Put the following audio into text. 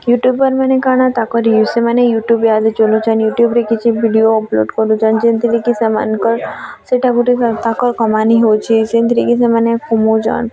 ୟୁଟ୍ୟୁବର୍ମାନେ କାଣା ତାକରି ସେମାନେ ୟୁଟ୍ୟୁବ୍ ଇହା ଦେ ଚଲଉଛନ୍ ସେମାନେ ୟୁଟ୍ୟୁବ୍ରେ କିଛି ଭିଡ଼ିଓ ଅପଲୋଡ଼୍ କରୁଛନ୍ ଯେନ୍ଥିରେ କି ସେମାନଙ୍କର୍ ସେଟା ଗୁଟେ ତାକର୍ କମାନି ହେଉଛି ଯେନ୍ଥିରେ କି ସେମାନେ କମଉଛନ୍